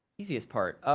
easiest part?